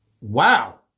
Wow